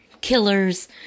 killers